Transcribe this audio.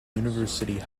university